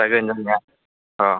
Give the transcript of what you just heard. जागोन जानाय औ